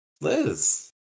Liz